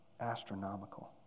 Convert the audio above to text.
astronomical